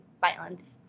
violence